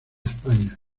españa